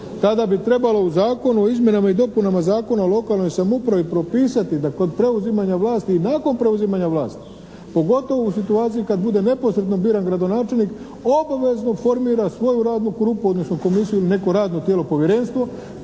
Tada bi trebalo u Zakonu o izmjenama i dopunama Zakona o lokalnoj samoupravi propisati da kod preuzimanja vlasti i nakon preuzimanja vlasti, pogotovo u situaciji kad bude neposredno biran gradonačelnik, obavezno formira svoju radnu grupu odnosno komisiju ili neko radno tijelo povjerenstvo,